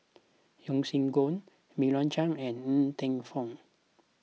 Yeo Siak Goon Meira Chand and Ng Teng Fong